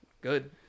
Good